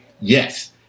yes